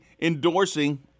endorsing –